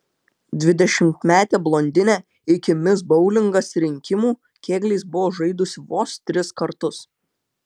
dvidešimtmetė blondinė iki mis boulingas rinkimų kėgliais buvo žaidusi vos tris kartus